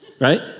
Right